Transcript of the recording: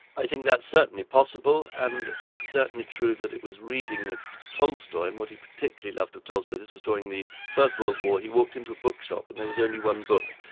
i think that's certainly possible, and it's certainly true that it was reading of tolstoy, and what he particularly loved of tolstoy, this was during the first world war he walked into a bookshop and there was only one book,